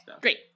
great